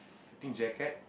I think jacket